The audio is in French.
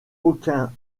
aucun